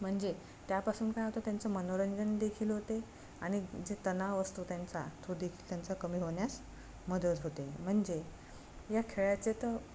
म्हणजे त्यापासून काय होतं त्यांचं मनोरंजन देखील होते आणि जे तणाव असतो त्यांचा तो देखील त्यांचा कमी होण्यास मदत होते म्हणजे या खेळाचे तर